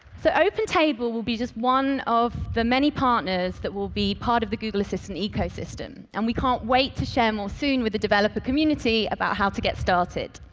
so open table will be just one of the many partners that will be part of the google assistant ecosystem, and we can't wait to share more soon with the developer community about how to get started.